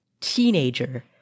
teenager